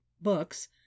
books